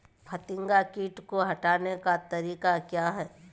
फतिंगा किट को हटाने का तरीका क्या है?